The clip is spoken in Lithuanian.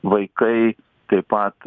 vaikai taip pat